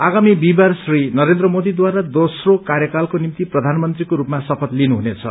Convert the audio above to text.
आगामी विश्वेषार नरेन्द्र मोदीवारा दोस्रो कार्यकालको निम्ति प्रधानमन्त्रीको स्रपमा शपथ लिनुहुनेछ